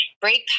break